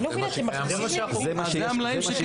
אני לא מבינה, אתם מכניסים לי מילים לפה.